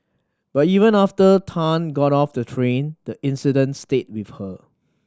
but even after Tan got off the train the incident stayed with her